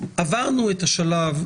עברנו את השלב,